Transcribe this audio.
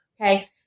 Okay